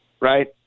right